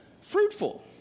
fruitful